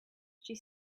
she